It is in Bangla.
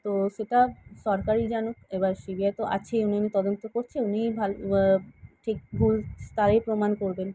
তো সেটা সরকারই জানুক এবার সিবিআই তো আছে এমনি এমনি তদন্ত করছে উনিই ভালো ঠিক ভুল তারাই প্রমাণ করবেন